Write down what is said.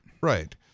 Right